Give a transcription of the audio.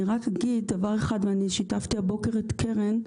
אני רק אגיד דבר אחד, ואני שיתפתי הבוקר את קרן,